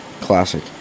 Classic